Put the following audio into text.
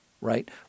Right